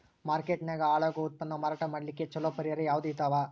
Market ನಾಗ ಹಾಳಾಗೋ ಉತ್ಪನ್ನ ಮಾರಾಟ ಮಾಡಲಿಕ್ಕ ಚಲೋ ಪರಿಹಾರ ಯಾವುದ್ ಇದಾವ?